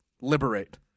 liberate